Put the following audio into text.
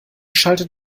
schaltet